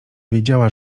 wiedziała